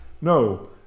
No